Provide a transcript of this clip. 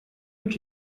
uns